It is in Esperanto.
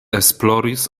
esploris